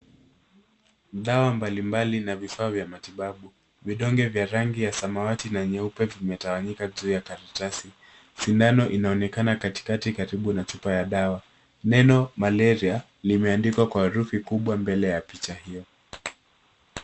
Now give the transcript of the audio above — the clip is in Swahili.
Dawa mbalimbali na vifaa vya matibabu. Vidonge vya rangi ya samawati na nyeupe zimetawanyika juu ya karatasi. Sindano inaonekana katikati karibu na chupa ya dawa. Neno, malaria, limeandikwa kwa herufi kubwa mbele ya picha hio.